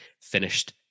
finished